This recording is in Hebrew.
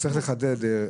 צריך לחדד,